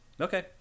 Okay